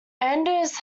anders